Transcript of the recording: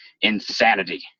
insanity